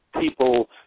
people –